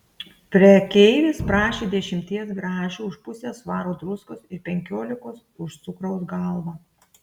prekeivis prašė dešimties grašių už pusę svaro druskos ir penkiolikos už cukraus galvą